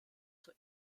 zur